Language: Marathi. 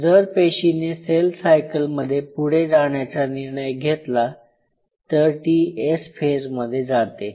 जर पेशीने सेल सायकलमध्ये मध्ये पुढे जाण्याचा निर्णय घेतला तर ती एस फेजमध्ये जाते